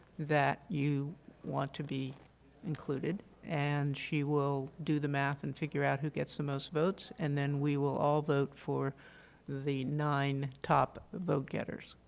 that you want to be included, and she will do the math and figure out who gets the most votes and then we will all vote for the nine top vote getters.